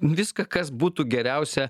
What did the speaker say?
viską kas būtų geriausia